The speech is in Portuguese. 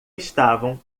estavam